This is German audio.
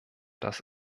das